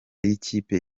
y’ikipe